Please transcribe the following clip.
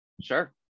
Sure